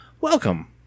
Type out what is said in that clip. welcome